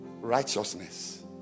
Righteousness